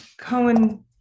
Cohen